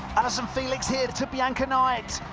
allyson felix here to bianca knight.